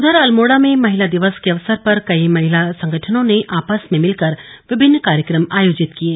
उधर अल्मोड़ा में महिला दिवस के अवसर पर कई महिला संगठनों ने आपस में मिलकर विभिन्न कार्यक्रम आयोजित किये